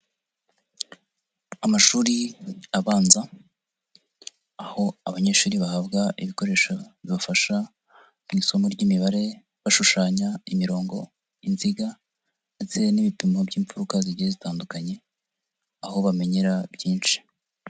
Amashuri abanza, aho abanyeshuri bahabwa ibikoresho bibafasha mu isomo ry'imibare bashushanya imirongo, inziga ndetse n'ibipimo by'imfuruka zigiye zitandukanye, aho bamenyera byinshi.